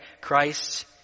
Christ